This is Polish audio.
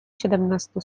siedemnastu